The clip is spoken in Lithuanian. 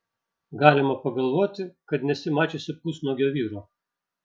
galima pagalvoti kad nesi mačiusi pusnuogio vyro